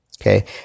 Okay